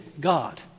God